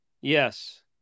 Yes